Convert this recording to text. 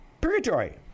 purgatory